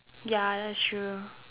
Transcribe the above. ya that's true